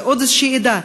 זה עוד איזושהי עדה,